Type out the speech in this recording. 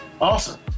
awesome